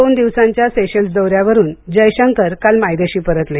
दोन दिवसाच्या सेशेल्स दौऱ्यावरून जयशंकर काल मायदेशी परतले